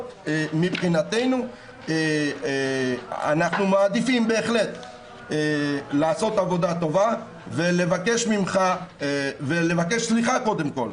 מבחינתנו אנחנו מעדיפים בהחלט לעשות עבודה טובה ולבקש סליחה קודם כל.